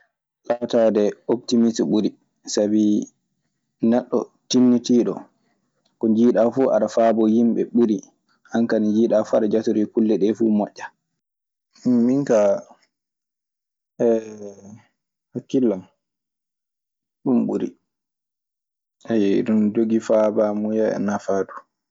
Laataade optimisi ɓuri sabi neɗɗo tinnitiiɗo ko njiɗaa fuu aɗa faaboo yimɓe ɓuri. An kaa ndee njiyeɗaa fuu aɗa jatorii kulle ɗee fuu moƴƴa. Min kaa Hakkille an ɗun ɓuri. Iɗun jogii faabaamuya e nafaa du.